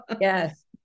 Yes